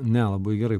ne labai gerai